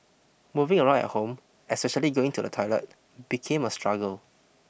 moving around at home especially going to the toilet became a struggle